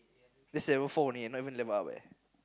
that's level four only eh not even level up eh